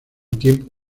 tiempo